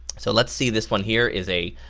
so lets see, this one here is a